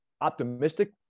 optimistic